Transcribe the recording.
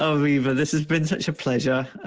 ah riva this has been such a pleasure.